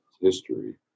history